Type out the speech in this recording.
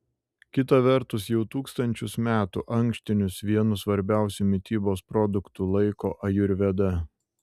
kita vertus jau tūkstančius metų ankštinius vienu svarbiausiu mitybos produktu laiko ajurveda